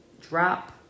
drop